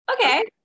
okay